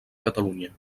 catalunya